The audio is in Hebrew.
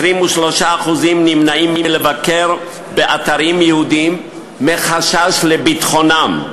23% נמנעים מלבקר באתרים יהודיים מחשש לביטחונם.